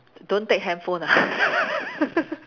don't take handphone ah